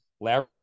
Larry